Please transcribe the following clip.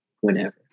whenever